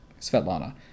Svetlana